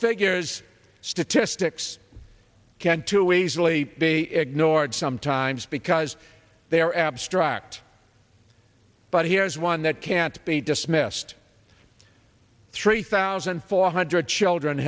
figures statistics can too easily be ignored sometimes because they are abstract but here is one that can't be dismissed three thousand four hundred children